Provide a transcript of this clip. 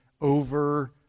over